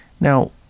Now